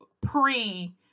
pre-